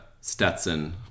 Stetson